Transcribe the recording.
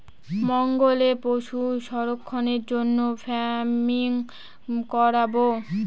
জঙ্গলে পশু সংরক্ষণের জন্য ফার্মিং করাবো